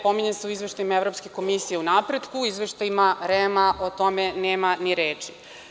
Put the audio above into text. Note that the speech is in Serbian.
Pominje se u izveštajima Evropske komisije, u izveštajima REM o tome nema ni reči.